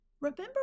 Remember